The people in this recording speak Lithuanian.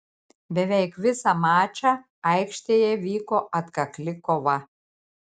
beveik visą mačą aikštėje vyko atkakli kova